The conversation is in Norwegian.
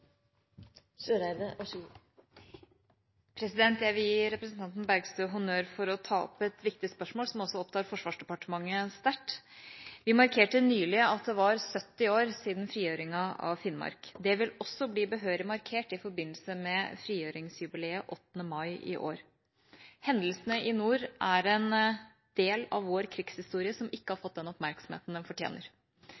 Jeg vil gi representanten Bergstø honnør for å ta opp et viktig spørsmål, som også opptar Forsvarsdepartementet sterkt. Vi markerte nylig at det var 70 år siden frigjøringen av Finnmark. Det vil også bli behørig markert i forbindelse med frigjøringsjubileet den 8. mai i år. Hendelsene i nord er en del av vår krigshistorie som ikke har fått den oppmerksomheten de fortjener.